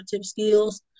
skills